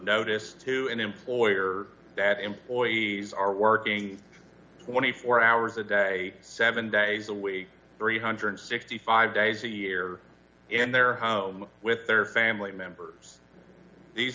notice to an employer that employees are working twenty four hours a day seven days a week three hundred and sixty five days a year and their with their family members these